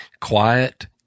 quiet